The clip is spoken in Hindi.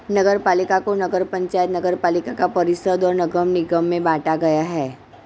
नगरपालिका को नगर पंचायत, नगरपालिका परिषद और नगर निगम में बांटा गया है